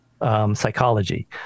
Psychology